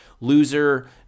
Loser